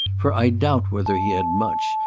for i doubt whether he had much,